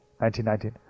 1919